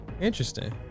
Interesting